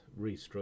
restructure